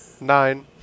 Nine